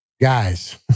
Guys